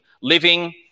living